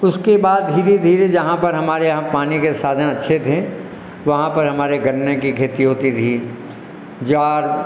उसके बाद धीरे धीरे जहाँ पर हमारे यहाँ पानी के साधन अच्छे थे वहाँ पर हमारे गन्ने की खेती होती थी ज्वार